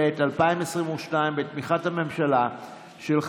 בעד, 22, אין מתנגדים, אין נמנעים.